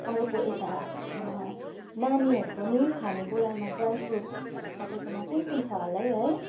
अर्को यता नानीहरूको नि खानेकुरामा ड्राई फ्रुट्सहरू तपाईँकोमा कुन कुन छ होला है है